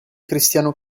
cristiano